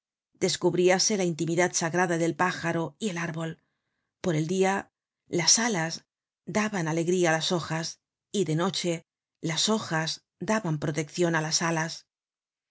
ramas descubríase la intimidad sagrada del pájaro y el árbol por el dia las alas daban alegría á las hojas y de noche las hojas daban proteccion á las alas